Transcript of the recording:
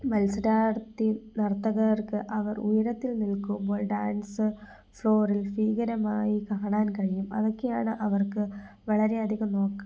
മത്സരാർത്ഥി നർത്തകർക്ക് അവർ ഉയരത്തിൽ നിൽക്കുമ്പോൾ ഡാൻസ് ഫ്ലോറിൽ ഭീകരമായി കാണാൻ കഴിയും അതൊക്കെയാണ് അവർക്ക് വളരെ അധികം നോക്ക്